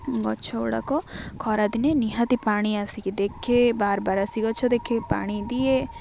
ଗଛଗୁଡ଼ାକ ଖରାଦିନେ ନିହାତି ପାଣି ଆସିକି ଦେଖେ ବାର ବାର ଆସି ଗଛ ଦେଖେ ପାଣି ଦିଏ